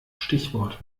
stichwort